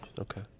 okay